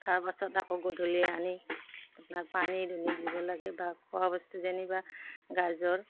তাৰপাছত আকৌ গধূলি আনি আপোনাৰ পানী দুনী দিব লাগে বা খোৱা বস্তু যেনিবা গাজৰ